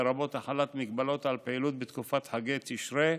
לרבות החלת מגבלות על פעילות בתקופת חגי תשרי,